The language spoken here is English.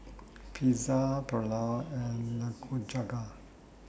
Pizza Pulao and Nikujaga